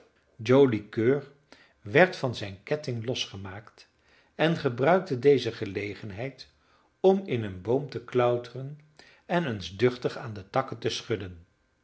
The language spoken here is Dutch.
joli coeur werd van zijn ketting losgemaakt en gebruikte deze gelegenheid om in een boom te klauteren en eens duchtig aan de takken te schudden